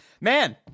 man